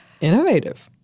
Innovative